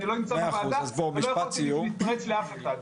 אני לא נמצא בוועדה ואני לא יכול להתפרץ לאף אחד.